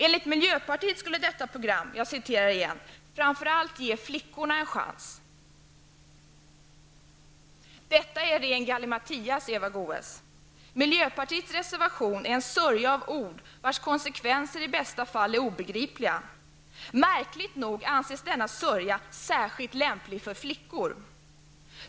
Enligt miljöpartiet skulle detta program ''framför allt ge flickorna en chans''. Detta är ren gallimatias, Eva Goe s! Miljöpartiets reservation är en sörja av ord, vars konsekvenser i bästa fall är obegripliga. Märkligt nog anses denna sörja särskilt lämplig för flickor.